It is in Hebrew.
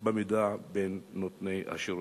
המידע בין נותני השירותים.